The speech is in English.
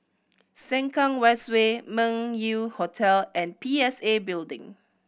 Sengkang West Way Meng Yew Hotel and P S A Building